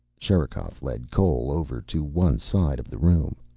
sherikov led cole over to one side of the room.